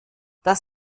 das